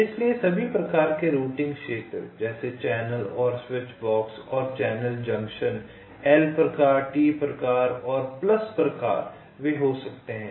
इसलिए सभी प्रकार के रूटिंग क्षेत्र जैसे चैनल और स्विचबॉक्स और चैनल जंक्शन L प्रकार T प्रकार और प्लस प्रकार वे हो सकते हैं